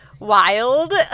Wild